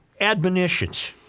admonitions